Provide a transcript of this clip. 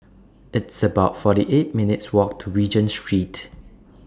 It's about forty eight minutes' Walk to Regent Street